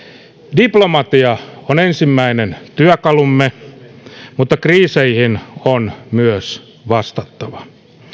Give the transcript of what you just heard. diplomatia on ensimmäinen työkalumme mutta kriiseihin on myös vastattava